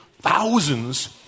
thousands